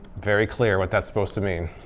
very clear what that's supposed to mean.